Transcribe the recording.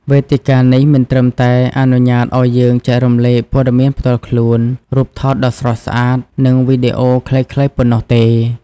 វេទិកានេះមិនត្រឹមតែអនុញ្ញាតឱ្យយើងចែករំលែកព័ត៌មានផ្ទាល់ខ្លួន រូបថតដ៏ស្រស់ស្អាត និងវីដេអូខ្លីៗប៉ុណ្ណោះទេ។